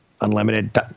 unlimited